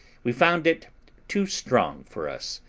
we found it too strong for us,